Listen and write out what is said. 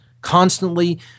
constantly